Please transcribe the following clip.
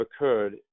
occurred